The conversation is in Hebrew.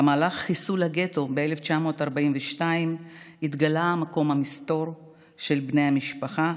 במהלך חיסול הגטו ב-1942 התגלה מקום המסתור של בני המשפחה,